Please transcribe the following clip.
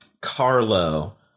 carlo